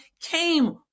came